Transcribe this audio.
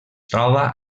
troba